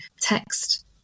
text